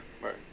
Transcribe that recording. Right